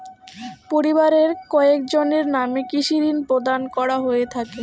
পরিবারের কয়জনের নামে কৃষি ঋণ প্রদান করা হয়ে থাকে?